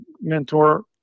mentor